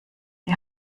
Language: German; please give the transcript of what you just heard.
die